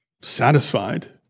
satisfied